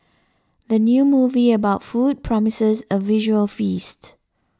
the new movie about food promises a visual feast